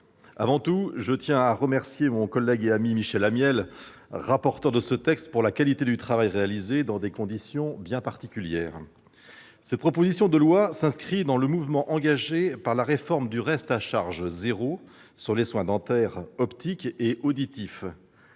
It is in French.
avant tout, je tiens à remercier mon collègue et ami, Michel Amiel, rapporteur de ce texte, pour la qualité du travail réalisé dans des conditions bien particulières. Cette proposition de loi s'inscrit dans le mouvement engagé par la réforme du « reste à charge zéro » sur les soins dentaires, optiques et auditifs.